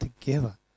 together